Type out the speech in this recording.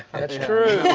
that's true.